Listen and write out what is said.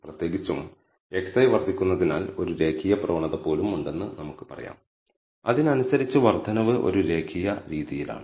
പ്രത്യേകിച്ചും xi വർദ്ധിക്കുന്നതിനാൽ ഒരു രേഖീയ പ്രവണത പോലും ഉണ്ടെന്ന് നമുക്ക് പറയാം അതിനനുസരിച്ച് വർദ്ധനവ് ഒരു രേഖീയ രീതിയിലാണ്